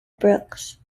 brooks